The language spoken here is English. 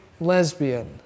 lesbian